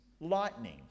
lightning